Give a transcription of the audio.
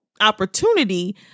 opportunity